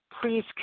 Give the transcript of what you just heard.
please